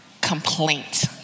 complaint